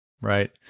Right